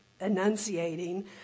enunciating